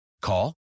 Call